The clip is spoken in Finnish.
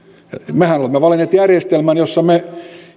mehän olemme valinneet järjestelmän jossa